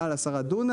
מעל 10 דונם,